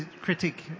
critic